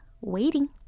waiting